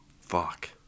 fuck